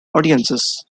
audiences